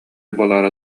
буолаары